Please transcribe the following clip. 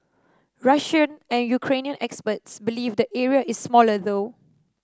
Russian and Ukrainian experts believe the area is smaller though